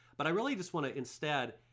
but i really just want to instead